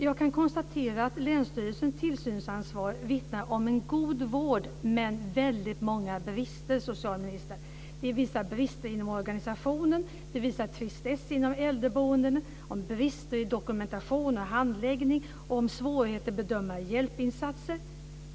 Jag kan konstatera att länsstyrelsens tillsynsansvar vittnar om en god vård men väldigt många brister. Det är vissa brister inom organisationen, tristess inom äldreboenden, brister i dokumentation och handläggning samt svårigheter att bedöma hjälpinsatser.